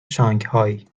شانگهای